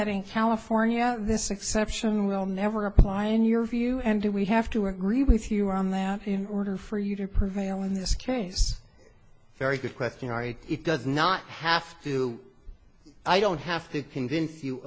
that in california this exception will never apply in your view and we have to agree with you on that in order for you to prevail in this case very good question ari it does not have to i don't have to convince you